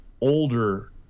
older